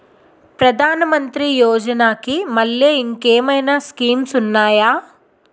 ప్రధాన మంత్రి యోజన కి మల్లె ఇంకేమైనా స్కీమ్స్ ఉన్నాయా?